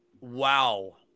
Wow